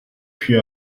puis